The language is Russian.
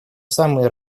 самые